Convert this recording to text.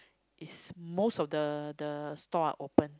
is most of the the stall are opened